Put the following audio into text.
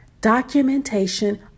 Documentation